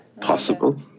Possible